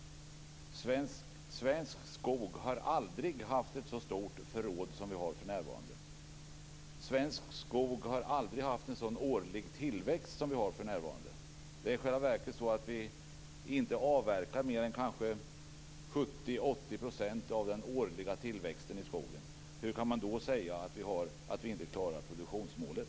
Svensk skog har aldrig haft ett så stort förråd och aldrig haft en så stor årlig tillväxt som den har för närvarande. I själva verket avverkas inte mer än 70-80 % av den årliga tillväxten. Hur kan man då säga att vi inte klarar produktionsmålet?